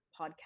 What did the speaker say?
podcast